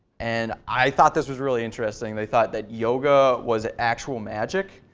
and i thought this was really interesting. they thought that yoga was actual magic.